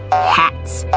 hats!